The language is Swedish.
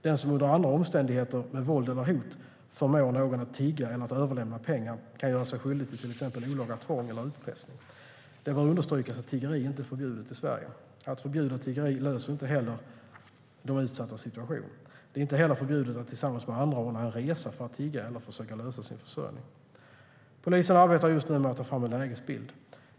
Den som under andra omständigheter med våld eller hot förmår någon att tigga eller att överlämna pengar kan göra sig skyldig till exempelvis olaga tvång eller utpressning. Det bör understrykas att tiggeri inte är förbjudet i Sverige. Att förbjuda tiggeri löser inte heller de utsattas situation. Det är inte heller förbjudet att tillsammans med andra ordna en resa för att tigga eller försöka lösa sin försörjning. Polisen arbetar just nu med att ta fram en lägesbild.